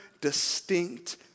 distinct